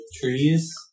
trees